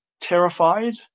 terrified